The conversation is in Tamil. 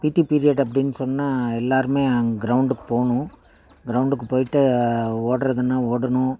பீடி பீரியட் அப்படின்னு சொன்னால் எல்லோருமே அங்கே க்ரௌண்டுக்குப் போகணும் க்ரௌண்டுக்குப் போயிட்டு ஓடுறதுன்னா ஓடணும்